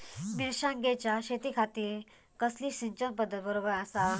मिर्षागेंच्या शेतीखाती कसली सिंचन पध्दत बरोबर आसा?